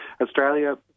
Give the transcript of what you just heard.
Australia